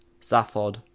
Zaphod